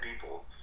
people